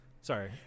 sorry